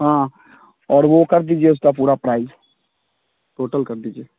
हाँ और वो कर दीजिए उसका पूरा प्राइज़ टोटल कर दीजिए